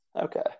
Okay